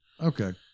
Okay